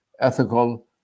ethical